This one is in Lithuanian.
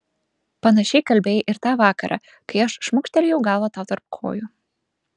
panašiai kalbėjai ir tą vakarą kai aš šmukštelėjau galvą tau tarp kojų